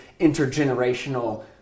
intergenerational